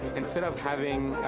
instead of having,